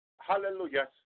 hallelujah